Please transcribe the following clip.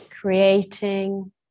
creating